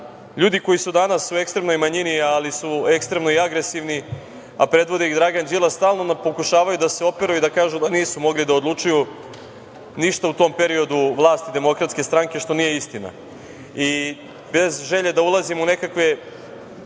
ljudi koji su danas u ekstremnoj manjini, ali su i ekstremno agresivni, a predvodi ih Dragan Đilas, stalno pokušavaju da se operu i da kažu da nisu mogli da odlučuju ništa u tom periodu vlasti DS, što nije istina. Bez želje da ulazim u nekakve